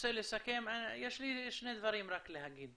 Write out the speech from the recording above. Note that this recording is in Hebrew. רוצה לסכם, יש לי שני דברים רק להגיד.